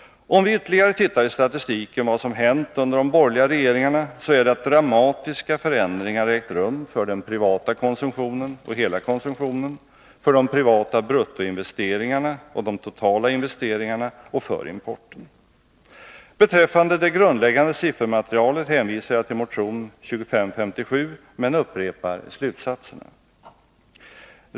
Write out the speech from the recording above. Om vi ytterligare tittar i statistiken vad som hänt under de borgerliga regeringarna finner vi att dramatiska förändringar ägt rum för den privata konsumtionen, och hela konsumtionen, för de privata bruttoinvesteringarna, och de totala investeringarna, och importen. Beträffande det grundläggande siffermaterialet hänvisar jag till motion 2557, men jag upprepar slutsatserna.